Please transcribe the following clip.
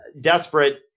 desperate